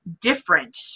different